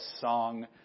song